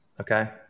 Okay